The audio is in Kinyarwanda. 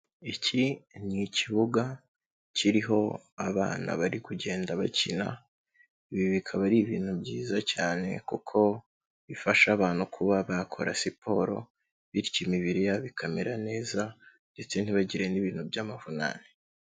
Iki ni ikibuga kiriho abana bari kugenda bakina, ibi bikaba ari ibintu byiza cyane kuko bifasha abantu kuba bakora siporo bityo imibiri yabo ikamera neza ndetse ntibagire n'ibintu by'amavunane.